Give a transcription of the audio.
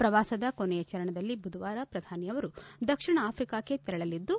ಪ್ರವಾಸದ ಕೊನೆಯ ಚರಣದಲ್ಲಿ ಬುಧವಾರ ಪ್ರಧಾನಿಯವರು ದಕ್ಷಿಣ ಆಫಿಕಾಕ್ಕೆ ತೆರಳಲಿದ್ದು